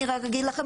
אני רק אגיד לכם,